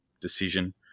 decision